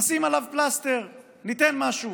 נשים עליו פלסטר, ניתן משהו,